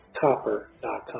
copper.com